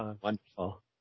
wonderful